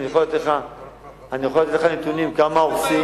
אני יכול לתת לך נתונים כמה הורסים